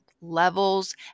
Levels